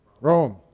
Rome